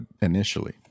initially